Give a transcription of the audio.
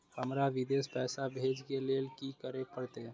हमरा विदेश पैसा भेज के लेल की करे परते?